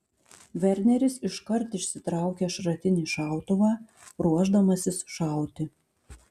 verneris iškart išsitraukia šratinį šautuvą ruošdamasis šauti